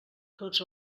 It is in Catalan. tots